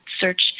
search